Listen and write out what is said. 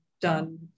done